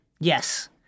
Yes